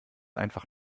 einfach